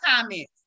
comments